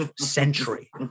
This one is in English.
century